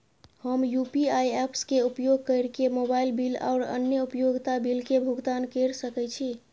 हम UPI apps के उपयोग केर के मोबाइल बिल और अन्य उपयोगिता बिल के भुगतान केर सके छी